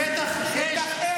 שטח מה?